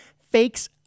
fakes